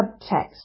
subtext